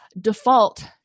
default